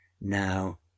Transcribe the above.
Now